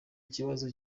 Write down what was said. ikibazo